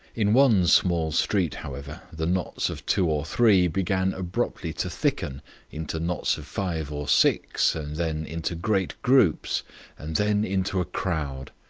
in one small street, however, the knots of two or three began abruptly to thicken into knots of five or six and then into great groups and then into a crowd.